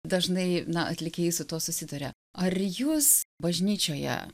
dažnai na atlikėjai su tuo susiduria ar jūs bažnyčioje